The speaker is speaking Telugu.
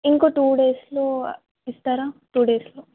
ఇంకో టూ డేస్లో ఇస్తారా టూ డేస్లో